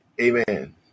Amen